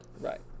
Right